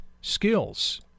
skills